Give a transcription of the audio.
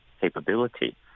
capability